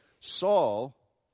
Saul